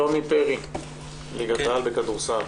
שלומי פרי מליגת העל בכדורסל.